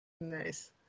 Nice